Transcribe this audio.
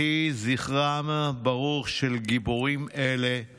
יהי זכרם של גיבורים אלה ברוך.